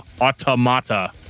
automata